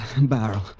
Barrel